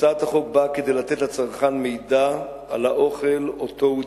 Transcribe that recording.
הצעת החוק באה לתת לצרכן מידע על האוכל שהוא צורך.